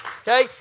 Okay